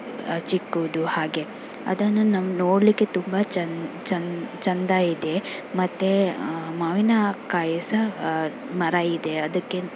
ಚಿಕ್ಕುದು ಹಾಗೆ ಅದನ್ನು ನಮ್ಮ ನೋಡಲಿಕ್ಕೆ ತುಂಬ ಚನ್ ಚನ್ ಚೆಂದ ಇದೆ ಮತ್ತು ಮಾವಿನಕಾಯಿ ಸಹ ಮರ ಇದೆ ಅದಕ್ಕೆ